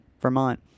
Vermont